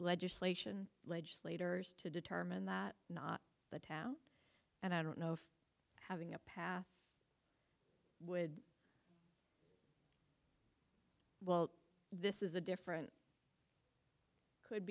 legislation legislators to determine that not the town and i don't know if having a path would well this is a different could